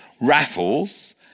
Raffles